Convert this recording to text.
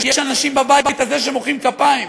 יש אנשים בבית הזה שמוחאים כפיים.